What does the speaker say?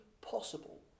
possible